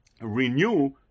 renew